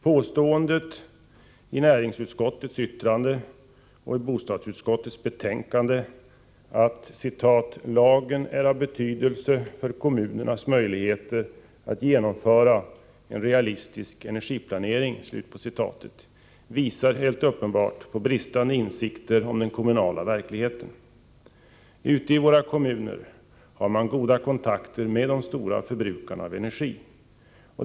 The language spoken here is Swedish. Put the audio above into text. Påståendet både i näringsutskottets yttrande och i bostadsutskottets betänkande att lagen ”är av betydelse för kommunernas möjligheter att genomföra en realistisk energiplanering” visar helt uppenbart på bristande insikter om den kommunala verkligheten. Ute i kommunerna har man goda kontakter med de stora förbrukarna av energi.